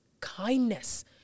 kindness